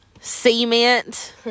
Cement